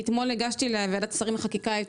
אתמול הגשתי לוועדת שרים לחקיקה את